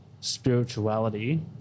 spirituality